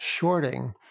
shorting